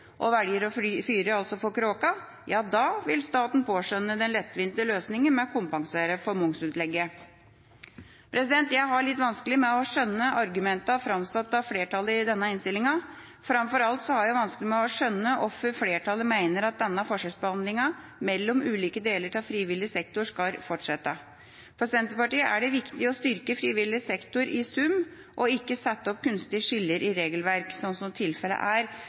og altså velger å fyre for kråka, ja, da vil staten påskjønne den lettvinte løsningen ved å kompensere for momsutlegget. Jeg har litt vansker med å skjønne argumentene framsatt av flertallet i denne innstillingen. Framfor alt har jeg vanskelig for å skjønne hvorfor flertallet mener at denne forskjellsbehandlingen mellom ulike deler av frivillig sektor skal fortsette. For Senterpartiet er det viktig å styrke frivillig sektor i sum og ikke sette opp kunstige skiller i regelverk, slik tilfellet er